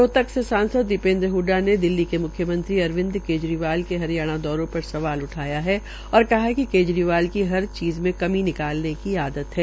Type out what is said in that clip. रोहतक से सांसद दीपेन्द्र हडडा ने दिल्ली के म्ख्यमंत्री अरविंद केजरीवाल के हरियाणा दौरो पर सवाल उठाया है और कहा है कि केजरीवाल की हर चीज़ मे कमी निकालने की आदत है